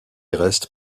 reste